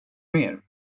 mer